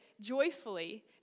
joyfully